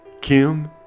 Kim